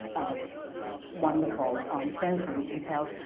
are wonderful on sensory details,